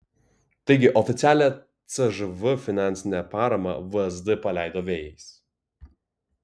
taigi oficialią cžv finansinę paramą vsd paleido vėjais